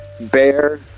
bear